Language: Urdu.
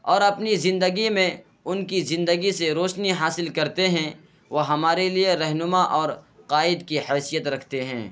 اور اپنی زندگی میں ان کی زندگی سے روشنی حاصل کرتے ہیں وہ ہمارے لیے رہنما اور قائد کی حیثیت رکھتے ہیں